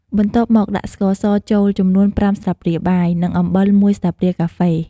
បន្ទាប់់មកដាក់ស្ករស ចូលចំនួន៥ស្លាបព្រាបាយ និងអំបិល១ស្លាបព្រាកាហ្វេ។